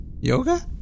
Yoga